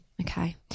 Okay